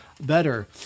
better